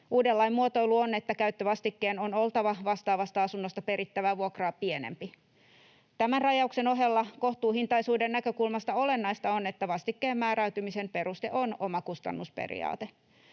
Uuden lain muotoilu on, että käyttövastikkeen on oltava vastaavasta asunnosta perittävää vuokraa pienempi. Tämän rajauksen ohella kohtuuhintaisuuden näkökulmasta olennaista on, että vastikkeen määräytymisen peruste on omakustannusperiaate.